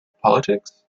politics